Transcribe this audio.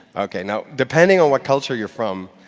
ok, now, depending on what culture you're from,